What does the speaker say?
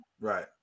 Right